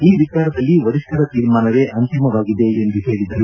ಈ ವಿಚಾರದಲ್ಲಿ ವರಿಷ್ಠರ ತೀರ್ಮಾನವೇ ಅಂತಿಮವಾಗಿದೆ ಎಂದು ಹೇಳಿದರು